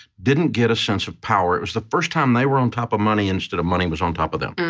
didn't get a sense of power. it was the first time they were on top of money, instead of money was on top of them.